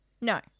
No